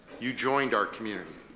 you joined our community.